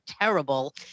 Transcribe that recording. terrible